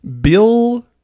Bill